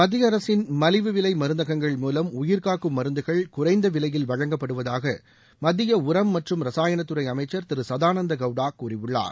மத்திய அரசின் மலிவு விலை மருந்தகங்கள் மூலம் உயிர்க்காக்கும் மருந்துகள் குறைந்த விலையில் வழங்கப்படுவதாக மத்திய உரம் மற்றும் ரசாயனத்துறை அமைச்சர் திரு சதானந்த கவுடா கூறியுள்ளார்